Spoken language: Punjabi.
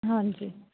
ਹਾਂਜੀ